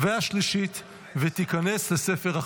בעד, 14, אין מתנגדים, אין